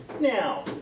Now